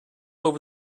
over